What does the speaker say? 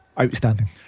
Outstanding